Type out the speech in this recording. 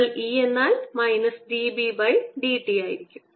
കേൾ E എന്നാൽ minus dB by dt ആയിരിക്കും